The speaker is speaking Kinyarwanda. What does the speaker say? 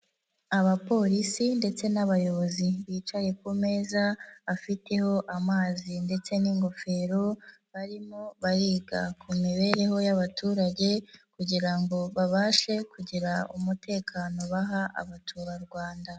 Abapolisi ndetse n'abayobozi bicaye ku meza, afiteho amazi ndetse n'ingofero, barimo bariga ku mibereho y'abaturage kugira ngo babashe kugira umutekano baha abaturarwanda.